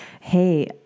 Hey